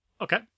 okay